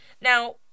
now